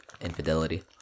infidelity